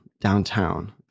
downtown